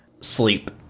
Sleep